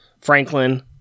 Franklin